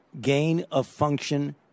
gain-of-function